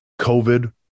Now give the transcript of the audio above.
COVID